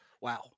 Wow